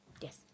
Yes